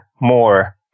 more